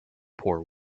poor